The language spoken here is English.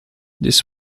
this